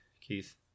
keith